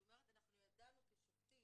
זאת אומרת אנחנו ידענו כשופטים,